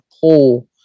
pull